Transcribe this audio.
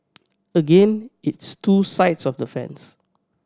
again it's two sides of the fence